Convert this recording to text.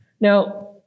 Now